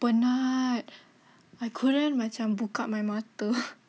penat I couldn't macam buka my mata